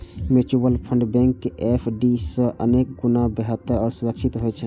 mutual fund bank FD सं अनेक गुणा बेहतर आ सुरक्षित होइ छै